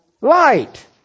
light